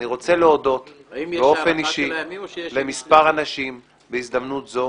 אני רוצה להודות באופן אישי למספר אנשים בהזדמנות זו